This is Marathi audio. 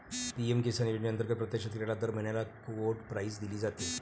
पी.एम किसान योजनेअंतर्गत प्रत्येक शेतकऱ्याला दर महिन्याला कोड प्राईज दिली जाते